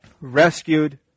rescued